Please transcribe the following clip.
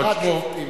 בחירת שופטים.